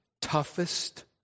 toughest